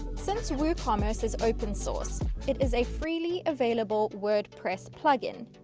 since woocommerce is open-source it is a freely available wordpress plug-in.